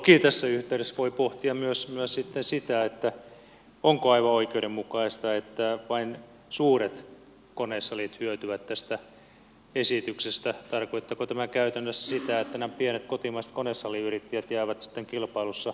toki tässä yhteydessä voi pohtia myös sitten sitä onko aivan oikeudenmukaista että vain suuret konesalit hyötyvät tästä esityksestä tarkoittaako tämä käytännössä sitä että nämä pienet kotimaiset konesaliyrittäjät jäävät sitten kilpailussa jalkoihin